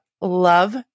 love